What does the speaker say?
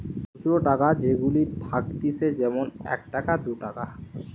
খুচরা টাকা যেগুলা থাকতিছে যেমন এক টাকা, দু টাকা